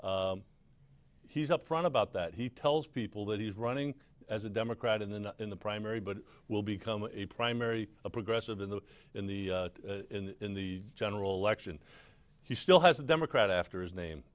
he's up front about that he tells people that he's running as a democrat in the in the primary but will become a primary a progressive in the in the in the general election he still has a democrat after his name